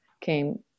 came